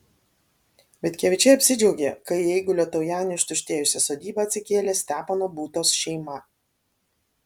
vitkevičiai apsidžiaugė kai į eigulio taujenio ištuštėjusią sodybą atsikėlė stepono būtos šeima